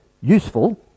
useful